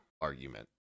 argument